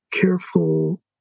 careful